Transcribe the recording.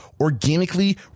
organically